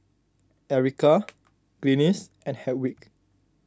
Erika Glynis and Hedwig